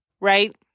right